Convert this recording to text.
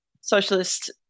socialist